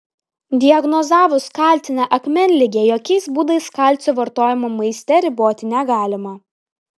diagnozavus kalcinę akmenligę jokiais būdais kalcio vartojimo maiste riboti negalima